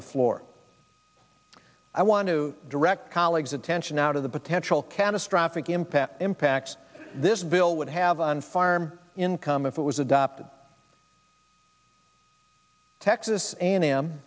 the floor i want to direct colleagues attention now to the potential catastrophic impact impact this bill would have on farm income if it was adopted texas a and m